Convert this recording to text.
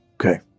Okay